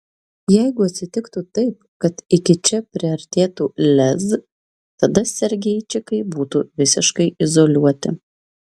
jeigu atsitiktų taip kad iki čia priartėtų lez tada sergeičikai būtų visiškai izoliuoti